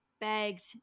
begged